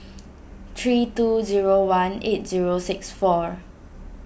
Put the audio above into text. three two zero one eight zero six four